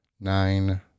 nine